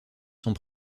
sont